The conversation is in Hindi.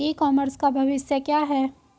ई कॉमर्स का भविष्य क्या है?